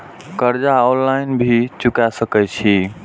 कर्जा ऑनलाइन भी चुका सके छी?